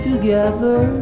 Together